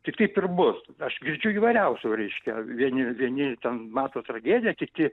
tai taip ir bus aš girdžiu įvairiausių reiškia vieni vieni ten mato tragediją kiti